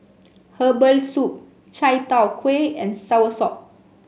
Herbal Soup Chai Tow Kway and Soursop